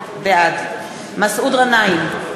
בעד מסעוד גנאים,